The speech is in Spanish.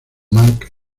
marc